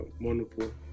wonderful